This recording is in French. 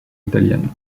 italienne